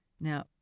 Now